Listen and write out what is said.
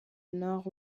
nord